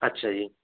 ਅੱਛਾ ਜੀ